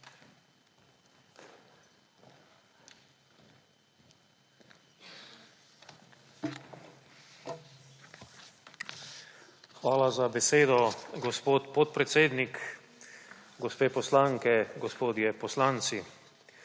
Hvala za besedo, gospod podpredsednik. Gospe poslanke, gospodje poslanci!